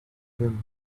him